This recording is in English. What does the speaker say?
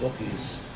bookies